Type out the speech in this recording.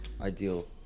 Ideal